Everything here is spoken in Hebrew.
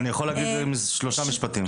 אני יכול להגיד על זה שלושה משפטים.